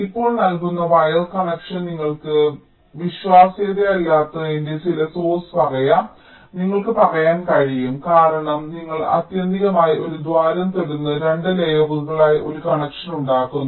ഇപ്പോൾ നിങ്ങൾക്ക് നൽകുന്ന വയർ കണക്ഷൻ നിങ്ങൾക്ക് വിശ്വാസ്യതയില്ലാത്തതിന്റെ ചില സോഴ്സ് പറയാം നിങ്ങൾക്ക് പറയാൻ കഴിയും കാരണം നിങ്ങൾ ആത്യന്തികമായി ഒരു ദ്വാരം തുരന്ന് രണ്ട് ലെയറുകളിലായി ഒരു കണക്ഷൻ ഉണ്ടാക്കുന്നു